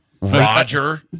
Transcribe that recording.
Roger